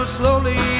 slowly